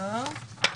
ההסתייגות נפלה.